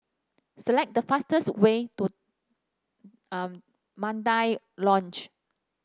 select the fastest way to Mandai Lodge